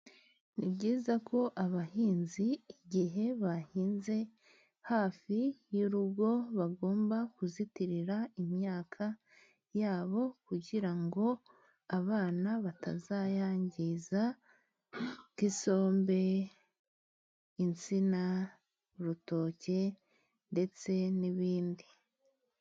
Ni byiza ko abahinzi igihe bahinze hafi y'urugo bagomba kuzitirira imyaka yabo, kugira ngo abana batazanyangiza nk'isombe, insina, urutoke, ndetse n'ibindi.